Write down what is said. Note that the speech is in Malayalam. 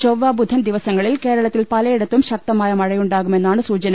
ചൊവ്വ ബുധൻ ദിവസങ്ങളിൽ കേരള ത്തിൽ പലയിടത്തും ശക്തമായ മഴയ്കുണ്ടാകുമെന്നാണ് സൂചന